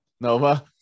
Nova